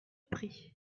prix